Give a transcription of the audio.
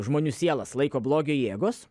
žmonių sielas laiko blogio jėgos